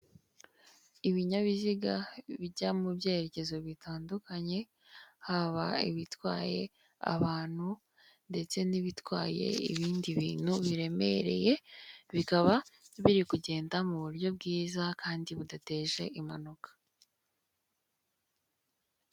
Ibinyabiziga bijya mu byerekezo bitandukanye, haba ibitwaye abantu ndetse n'ibitwaye ibindi bintu biremereye, bikaba biri kugenda mu buryo bwiza kandi budateje impanuka.